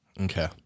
Okay